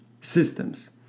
systems